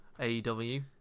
AEW